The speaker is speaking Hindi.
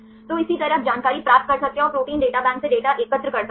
तो इसी तरह आप जानकारी प्राप्त कर सकते हैं और प्रोटीन डेटा बैंक से डेटा एकत्र कर सकते हैं